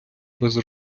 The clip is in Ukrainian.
без